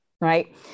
right